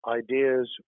ideas